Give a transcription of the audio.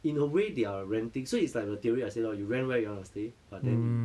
in a way they are renting so it's like the theory I say lor you rent where you want to stay but then you